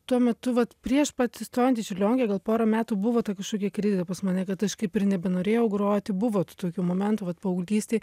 tuo metu vat prieš pat įstojant į čiurlionkę gal porą metų buvo ta kažkokia krizė pas mane kad aš kaip ir nebenorėjau groti buvo tų tokių momentų vat paauglystėj